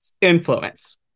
Influence